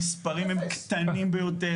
המספרים הם קטנים ביותר.